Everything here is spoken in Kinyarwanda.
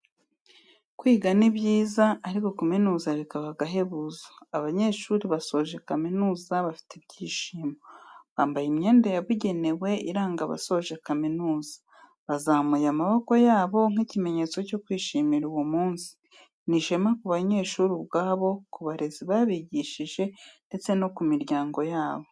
Kwiga ni byiza ariko kuminuza bikaba agahebuzo, abanyeshuri basoje kamizuza bafite ibyishimo, bambaye imyenda yabugenewe iranga abasoje kaminuza bazamuye amaboko yabo nk'ikimenyetso cyo kwishimira uwo munsi, ni ishema ku banyeshuri ubwabo, ku barezi babigishije ndetse no ku miryango yabo.